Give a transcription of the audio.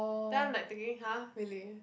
then I'm like thinking !huh! really